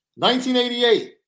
1988